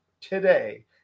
today